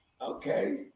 Okay